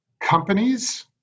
Companies